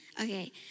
Okay